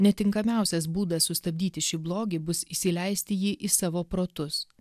ne tinkamiausias būdas sustabdyti šį blogį bus įsileisti jį į savo protus